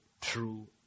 true